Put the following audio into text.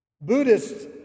Buddhists